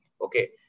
okay